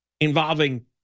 involving